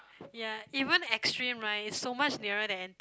ya even extreme right is so much nearer than n_t